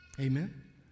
amen